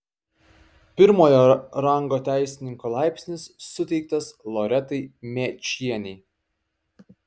pirmojo rango teisininko laipsnis suteiktas loretai mėčienei